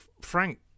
frank